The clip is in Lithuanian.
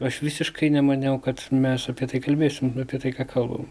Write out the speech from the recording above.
aš visiškai nemaniau kad mes apie tai kalbėsim apie tai ką kalbam